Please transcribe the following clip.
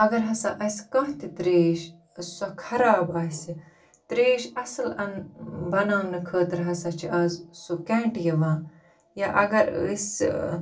اگر ہَسا اَسہِ کانٛہہ تہِ ترٛیش سۄ خراب آسہِ ترٛیش اَصٕل اَن بَناونہٕ خٲطرٕ ہَسا چھِ اَز سُہ کٮ۪نٛٹ یِوان یا اَگَر أسۍ